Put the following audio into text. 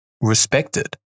respected